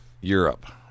Europe